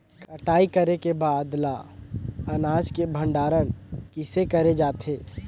कटाई करे के बाद ल अनाज के भंडारण किसे करे जाथे?